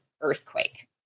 earthquake